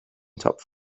topf